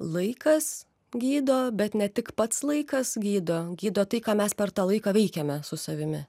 laikas gydo bet ne tik pats laikas gydo gydo tai ką mes per tą laiką veikiame su savimi